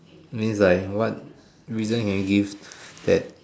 means like what reason can you give that